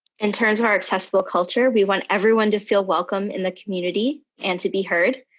in terms of our accessible culture, we want everyone to feel welcome in the community and to be heard.